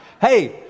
hey